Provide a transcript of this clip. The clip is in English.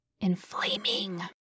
inflaming